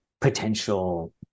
potential